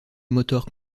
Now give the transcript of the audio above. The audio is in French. motor